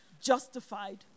justified